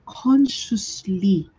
consciously